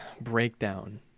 breakdown